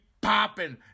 popping